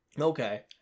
Okay